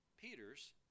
Peter's